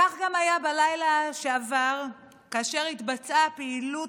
כך גם היה בלילה שעבר כאשר התבצעה פעילות